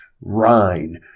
Rhine